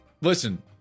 listen